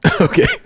Okay